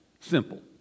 simple